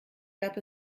gab